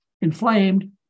inflamed